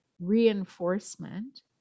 reinforcement